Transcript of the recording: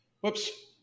Whoops